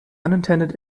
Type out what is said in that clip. unintended